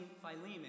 Philemon